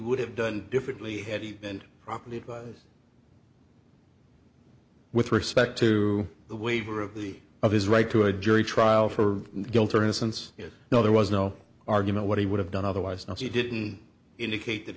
would have done differently had he and probably with respect to the waiver of the of his right to a jury trial for guilt or innocence you know there was no argument what he would have done otherwise and he didn't indicate that